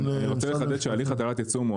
אני רוצה לחדד שהליך הטלת עיצום קודם